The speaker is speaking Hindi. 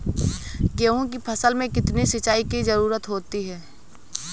गेहूँ की फसल में कितनी सिंचाई की जरूरत होती है?